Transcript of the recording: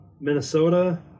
Minnesota